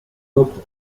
autre